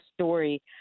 story